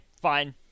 fine